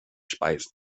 speisen